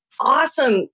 awesome